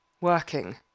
working